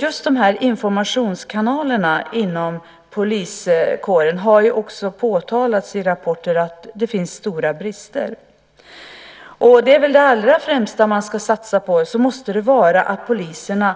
Just i fråga om de här informationskanalerna inom poliskåren har det ju också påtalats i rapporter att det finns stora brister. Det är väl det man allra främst ska satsa på: att poliserna